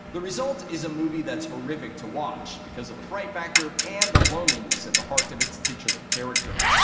the result is a movie that's horrific to watch because of the fright factor and the loneliness at the heart of its titular character.